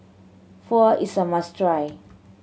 pho is a must try